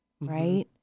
Right